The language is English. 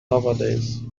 nowadays